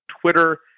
Twitter